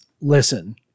listen